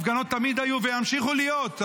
הפגנות תמיד היו וימשיכו להיות,